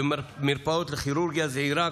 במרפאות לכירורגיה זעירה,